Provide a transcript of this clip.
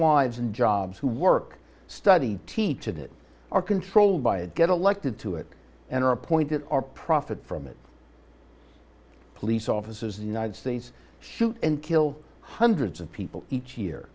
lives and jobs who work study teach in it are controlled by it get elected to it and are appointed are profit from it police offices the united states shoot and kill hundreds of people each year